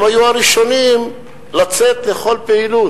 הוא היה הראשון לצאת לכל פעילות.